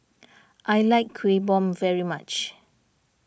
I like Kueh Bom very much